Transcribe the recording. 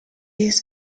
his